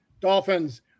Dolphins